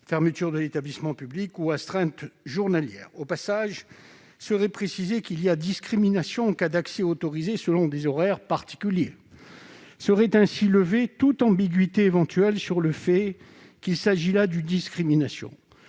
fermeture de l'établissement public ou astreinte journalière. Au passage, il est précisé dans cet amendement qu'il y a discrimination en cas d'accès autorisé selon des horaires particuliers. Serait ainsi levée toute ambiguïté éventuelle sur le fait qu'il s'agit là d'une discrimination.